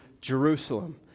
Jerusalem